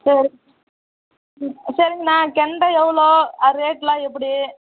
சரி ம் சரிங்கண்ணா கெண்டை எவ்வளோ அது ரேட் எல்லாம் எப்படி